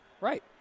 Right